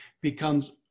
becomes